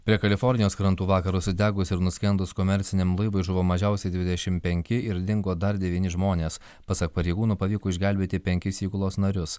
prie kalifornijos krantų vakar užsidegus ir nuskendus komerciniam laivui žuvo mažiausiai dvidešimt penki ir dingo dar devyni žmonės pasak pareigūnų pavyko išgelbėti penkis įgulos narius